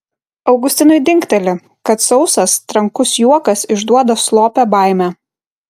augustinui dingteli kad sausas trankus juokas išduoda slopią baimę